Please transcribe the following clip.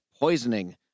poisoning